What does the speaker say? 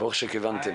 ברוך שכיוונתם.